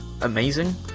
amazing